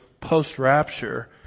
post-rapture